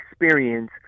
experience